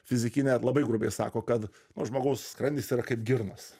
fizikinė labai grubiai sako kad nu žmogaus skrandis yra kaip girnos